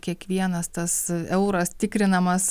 kiekvienas tas euras tikrinamas